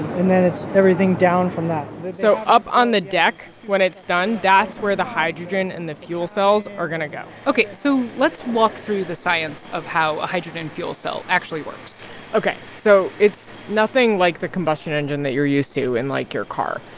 and then it's everything down from that so up on the deck, when it's done, that's where the hydrogen and the fuel cells are going to go ok, so let's walk through the science of how a hydrogen fuel cell actually works ok, so it's nothing like the combustion engine that you're used to in, like, your car.